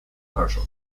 partial